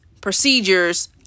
procedures